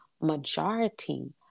majority